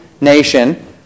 nation